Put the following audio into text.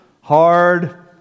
hard